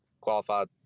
qualified